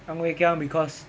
ang wei kiang because